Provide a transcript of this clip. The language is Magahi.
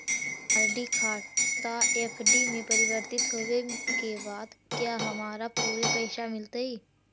आर.डी खाता एफ.डी में परिवर्तित होवे के बाद क्या हमारा पूरे पैसे मिलतई